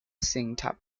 singh